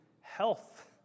health